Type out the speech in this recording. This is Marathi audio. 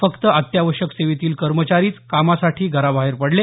फक्त अत्यावश्यक सेवेतील कर्मचारीच कामासाठी घराबाहेर पडले